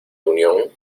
unión